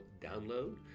Download